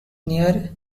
near